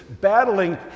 battling